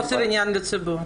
חוסר עניין לציבור.